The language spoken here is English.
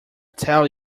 tell